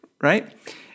right